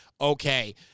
Okay